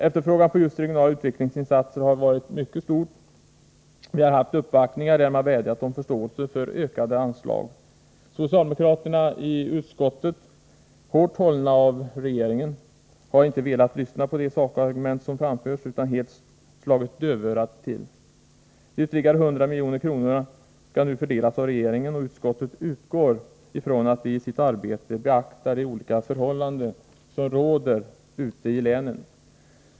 Efterfrågan på just regionala utvecklingsinsatser har varit mycket stor. Vi har haft uppvaktningar där man vädjat om förståelse för ökade anslag. Socialdemokraterna i utskottet — hårt hållna av regeringen — har inte velat lyssna på de sakargument som framförts utan har helt slagit dövörat till. De ytterligare 100 miljonerna skall nu fördelas av regeringen, och utskottet utgår ifrån att den i sitt arbete beaktar de olika förhållanden som råder ute i länen.